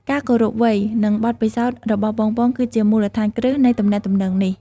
ការគោរពវ័យ និងបទពិសោធន៍របស់បងៗ គឺជាមូលដ្ឋានគ្រឹះនៃទំនាក់ទំនងនេះ។